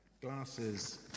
Glasses